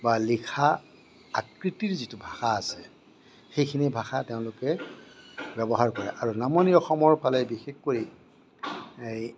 বা লিখা আকৃতিৰ যিটো ভাষা আছে সেইখিনি ভাষা তেওঁলোকে ব্য়ৱহাৰ কৰে আৰু নামনি অসমৰফালে বিশেষ কৰি